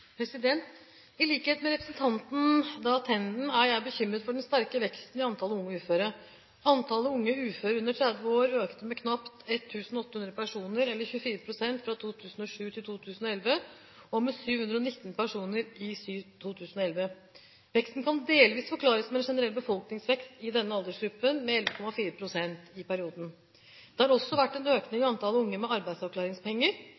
I likhet med representanten Raja er jeg bekymret for den sterke veksten i antallet unge uføre. Antallet unge uføre under 30 år økte med knapt 1 800 personer eller 24 pst. fra 2007 til 2011 og med 719 personer i 2011. Veksten kan delvis forklares med en generell befolkningsvekst i denne aldersgruppen, på 11,4 pst. i perioden. Det har også vært en økning